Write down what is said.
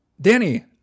Danny